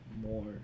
more